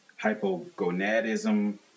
hypogonadism